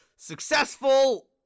successful